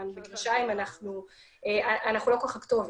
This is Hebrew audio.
אנחנו לא כל כך הכתובת.